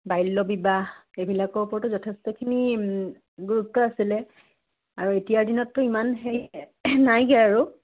বাল্যবিবাহ এইবিলাকৰ ওপৰতো যথেষ্টখিনি গুৰুত্ব আছিলে আৰু এতিয়াৰ দিনততো ইমান হেৰি নাইকিয়া আৰু